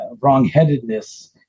wrongheadedness